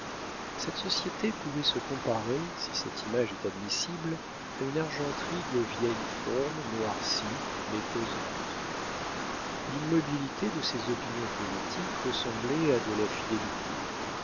cette société pouvait se comparer si cette image est admissible à une argenterie de vieille forme noircie mais pesante l'immobilité de ses opinions politiques ressemblait à de la fidélité